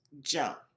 jump